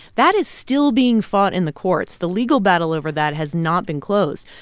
that is still being fought in the courts. the legal battle over that has not been closed.